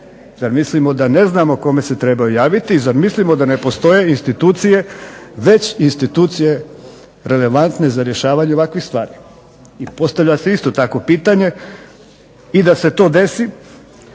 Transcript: Zar mislimo da ne znamo kome se trebaju javiti. I zar mislimo da ne postoje institucije već institucije relevantne za rješavanje ovakvih stvari. I postavlja se isto tako pitanje i da se to desi